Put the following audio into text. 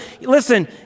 Listen